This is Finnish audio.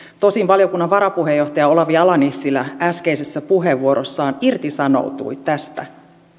tosin valiokunnan varapuheenjohtaja olavi ala nissilä äskeisessä puheenvuorossaan irtisanoutui tästä